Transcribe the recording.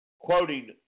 Quoting